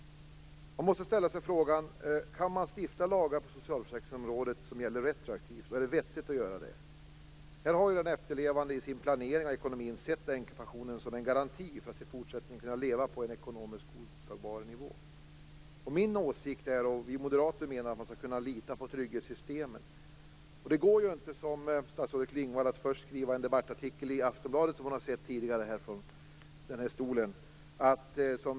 Man måste ställa sig frågan: Kan man stifta lagar på socialförsäkringsområdet som gäller retroaktivt, och är det vettigt att göra det? I det här fallet har ju den efterlevande i sin planering av ekonomin sett änkepensionen som en garanti för att i fortsättningen kunna leva på en ekonomiskt godtagbar nivå. Vi moderater menar att man skall kunna lita på trygghetssystemen. Det går ju inte att göra som statsrådet Klingvall. Först skriver hon en debattartikel i Aftonbladet; den har hon sett i en tidigare interpellationsdebatt.